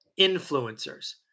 influencers